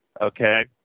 Okay